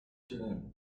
zero